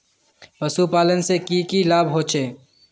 पशुपालन से की की लाभ होचे?